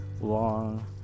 long